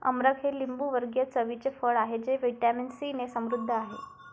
अमरख हे लिंबूवर्गीय चवीचे फळ आहे जे व्हिटॅमिन सीने समृद्ध आहे